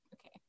Okay